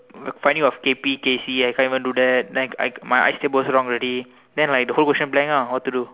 finding of K_P K_C I can't even do that then I my ice table also wrong already then like the whole question blank lah what to do